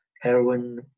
heroin